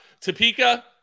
Topeka